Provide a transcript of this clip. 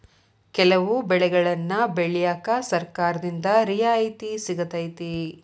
ಕೆಲವು ಬೆಳೆಗನ್ನಾ ಬೆಳ್ಯಾಕ ಸರ್ಕಾರದಿಂದ ರಿಯಾಯಿತಿ ಸಿಗತೈತಿ